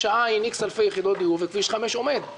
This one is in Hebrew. העין "איקס" אלפי יחידות דיור והכביש עומד.